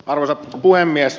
arvoisa puhemies